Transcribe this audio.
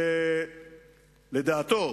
שלדעתו